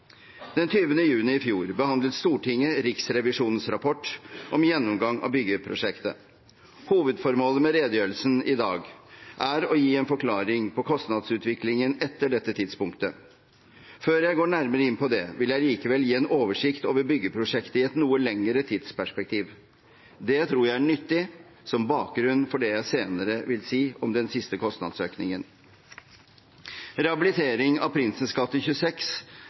juni i fjor behandlet Stortinget Riksrevisjonens rapport om gjennomgang av byggeprosjektet. Hovedformålet med redegjørelsen i dag er å gi en forklaring på kostnadsutviklingen etter dette tidspunktet. Før jeg går nærmere inn på det, vil jeg likevel gi en oversikt over byggeprosjektet i et noe lengre tidsperspektiv. Det tror jeg er nyttig som bakgrunn for det jeg senere vil si om den siste kostnadsøkningen. Rehabilitering av Prinsens gate 26